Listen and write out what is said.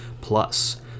Plus